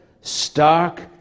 stark